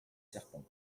serpents